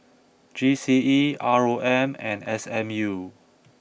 G C E R O M and S M U